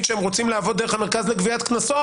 שהם רוצים לעבוד דרך המרכז לגביית קנסות,